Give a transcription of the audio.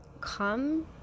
come